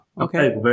okay